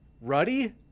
ruddy